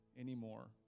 anymore